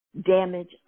damage